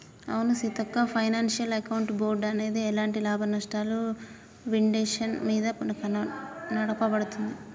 అవును సీతక్క financial account board అనేది ఎలాంటి లాభనష్టాలు విండేషన్ మీద నడపబడుతుంది